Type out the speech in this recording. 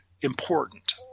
important